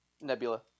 Nebula